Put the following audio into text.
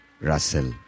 Russell